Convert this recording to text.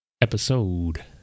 episode